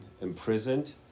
imprisoned